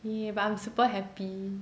yeah but I'm super happy